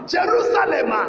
Jerusalem